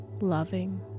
loving